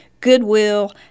Goodwill